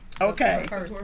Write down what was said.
Okay